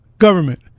Government